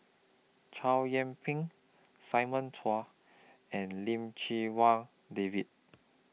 Chow Yian Ping Simon Chua and Lim Chee Wai David